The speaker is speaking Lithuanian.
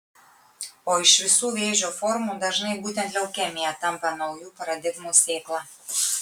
o iš visų vėžio formų dažnai būtent leukemija tampa naujų paradigmų sėkla